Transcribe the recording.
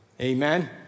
Amen